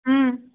हम्म